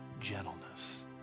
gentleness